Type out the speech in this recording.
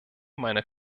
meiner